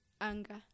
anger